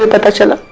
natasha